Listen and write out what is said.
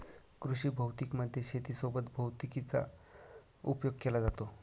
कृषी भौतिकी मध्ये शेती सोबत भैतिकीचा उपयोग केला जातो